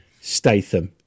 statham